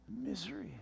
misery